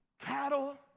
cattle